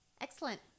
excellent